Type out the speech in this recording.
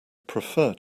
prefer